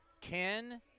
Ken